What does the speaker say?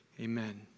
Amen